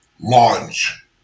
launch